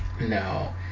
No